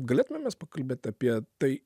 galėtumėm mes pakalbėt apie tai